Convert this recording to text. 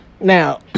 Now